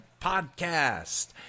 Podcast